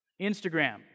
Instagram